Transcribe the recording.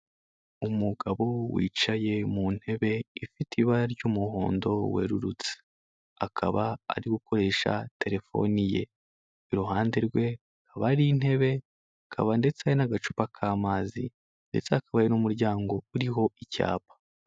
Umugabo wicaye mu ntebe ifite ibara ry'umuhondo werurutse, akaba ari gukoresha telefoni ye, iruhande rwe hakaba ari intebe, hakaba ndetse hari n'agacupa k'amazi ndetse hakaba n'umuryango uriho icyapa.